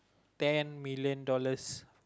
ten million dollars